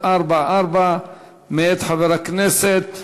144 מאת חבר הכנסת